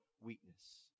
weakness